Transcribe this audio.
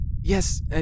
Yes